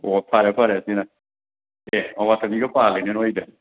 ꯑꯣ ꯐꯔꯦ ꯐꯔꯦ ꯁꯤꯅ ꯑꯦ ꯑꯋꯥꯊꯕꯤꯒ ꯄꯥꯜꯂꯤꯅꯦ ꯅꯣꯏꯗꯤ